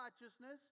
righteousness